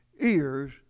ears